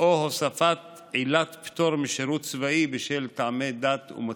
או הוספת עילת פטור משירות צבאי מטעמי דת ומצפון.